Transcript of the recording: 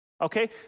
Okay